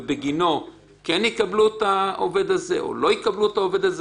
אם בגינו יקבלו את העובד הזה או לא יקבלו את העובד הזה